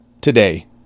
today